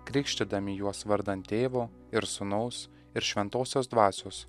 krikštydami juos vardan tėvo ir sūnaus ir šventosios dvasios